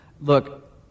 Look